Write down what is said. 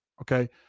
Okay